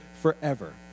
forever